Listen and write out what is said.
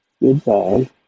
Goodbye